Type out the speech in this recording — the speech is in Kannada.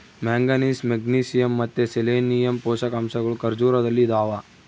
ಮ್ಯಾಂಗನೀಸ್ ಮೆಗ್ನೀಸಿಯಮ್ ಮತ್ತು ಸೆಲೆನಿಯಮ್ ಪೋಷಕಾಂಶಗಳು ಖರ್ಜೂರದಲ್ಲಿ ಇದಾವ